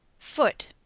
foot.